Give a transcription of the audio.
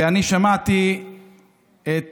ואני שמעתי את